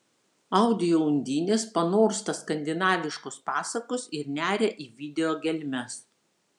audio undinės panorsta skandinaviškos pasakos ir neria į video gelmes